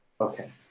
Okay